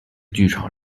剧场